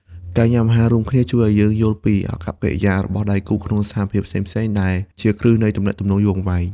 ការញ៉ាំអាហាររួមគ្នាជួយឱ្យយើងយល់ពីអាកប្បកិរិយារបស់ដៃគូក្នុងស្ថានភាពផ្សេងៗ ដែលជាគ្រឹះនៃទំនាក់ទំនងយូរអង្វែង។